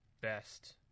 best